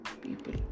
people